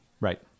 Right